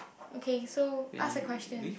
okay so ask the question